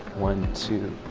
one, two,